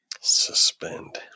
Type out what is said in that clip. Suspend